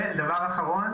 דבר אחרון